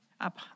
up